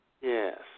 Yes